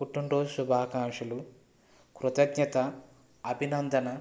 పుట్టినరోజు శుభాకాంక్షలు కృతజ్ఞత అభినందన